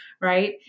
Right